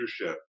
leadership